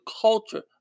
culture